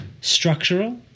structural